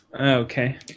Okay